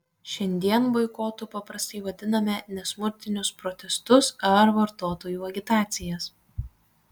šiandien boikotu paprastai vadiname nesmurtinius protestus ar vartotojų agitacijas